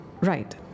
Right